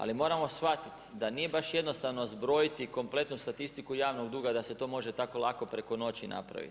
Ali moramo shvatiti da nije baš jednostavno zbrojiti kompletnu statistiku javnog duga da se to može tako lako preko noći napraviti.